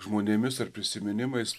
žmonėmis ar prisiminimais